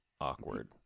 awkward